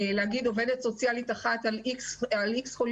להגיד עובדת סוציאלית אחת על X חולים,